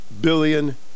billion